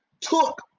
took